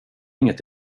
inget